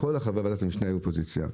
כל חברי ועדת המשנה היו באופוזיציה,